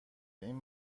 این